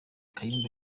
kayumba